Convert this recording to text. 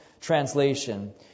translation